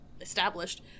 Established